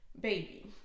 baby